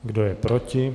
Kdo je proti?